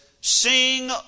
Sing